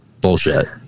bullshit